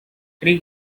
three